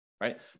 Right